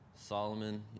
Solomon